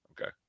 Okay